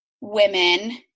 women